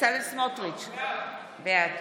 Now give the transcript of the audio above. בצלאל סמוטריץ' בעד